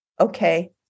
okay